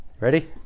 Ready